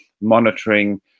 monitoring